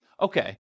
okay